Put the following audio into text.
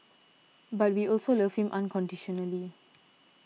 but we also love him unconditionally